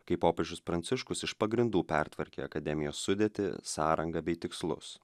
kai popiežius pranciškus iš pagrindų pertvarkė akademijos sudėtį sąrangą bei tikslus